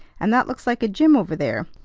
and that looks like a gym over there.